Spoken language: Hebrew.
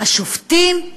השופטים,